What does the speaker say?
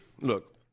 look